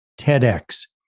TEDx